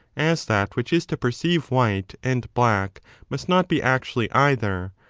as that which is to perceive white and black must not be actually either,